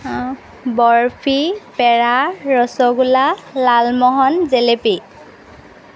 barfi peda rasgulla lalmohan jalebi